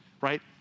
right